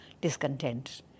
discontent